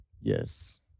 Yes